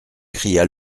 cria